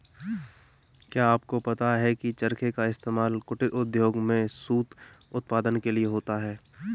क्या आपको पता है की चरखे का इस्तेमाल कुटीर उद्योगों में सूत उत्पादन के लिए होता है